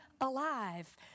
alive